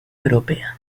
europea